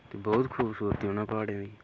बहुत खूबसूरत न प्हाड़ एह् बी